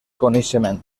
coneixement